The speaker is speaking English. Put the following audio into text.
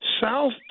South